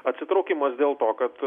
atsitraukimas dėl to kad